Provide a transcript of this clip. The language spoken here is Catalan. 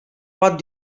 pot